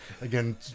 Again